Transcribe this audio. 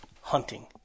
hunting